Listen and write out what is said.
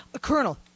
Colonel